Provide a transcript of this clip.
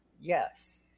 Yes